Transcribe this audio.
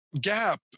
gap